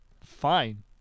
fine